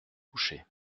coucher